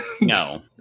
No